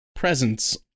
presence